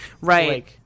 Right